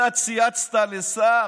אתה צייצת לסער: